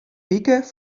wike